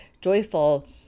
joyful